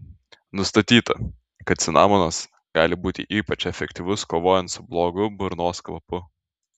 nustatyta kad cinamonas gali būti ypač efektyvus kovojant su blogu burnos kvapu